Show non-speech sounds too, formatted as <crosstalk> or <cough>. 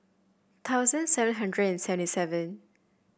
<unintelligible> seven hundred and seventy seven